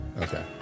okay